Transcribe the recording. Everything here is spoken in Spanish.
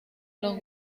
los